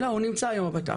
לא, הוא נמצא היום בבט"פ.